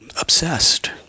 obsessed